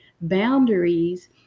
boundaries